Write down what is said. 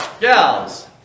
Gals